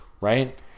right